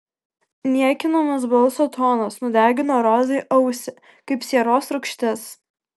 niekinamas balso tonas nudegino rozai ausį kaip sieros rūgštis